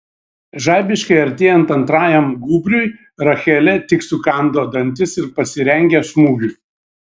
žaibiškai artėjant antrajam gūbriui rachelė tik sukando dantis ir pasirengė smūgiui